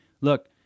look